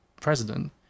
President